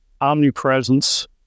omnipresence